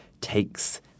takes